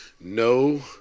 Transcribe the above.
No